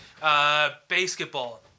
Basketball